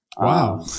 wow